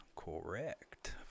Correct